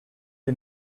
you